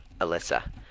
Alyssa